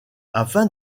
afin